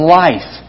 life